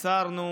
הסרנו